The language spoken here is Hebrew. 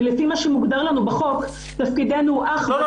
ולפי מה שמוגדר לנו בחוק, תפקידנו --- לא.